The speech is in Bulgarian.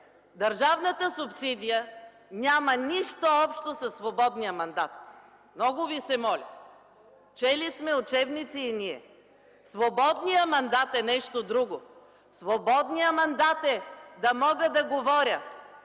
държавната субсидия няма нищо общо със свободния мандат. Много ви се моля, чели сме учебници и ние! Свободният мандат е нещо друго – свободният мандат, е, да мога да говоря